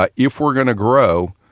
ah if we're going to grow,